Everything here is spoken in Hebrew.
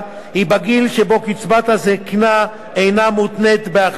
היא בגיל שבו קצבת הזיקנה אינה מותנית בהכנסה,